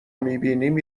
میبینیم